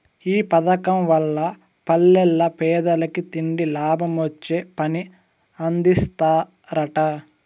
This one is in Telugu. ఈ పదకం వల్ల పల్లెల్ల పేదలకి తిండి, లాభమొచ్చే పని అందిస్తరట